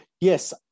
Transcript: Yes